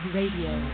Radio